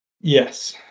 Yes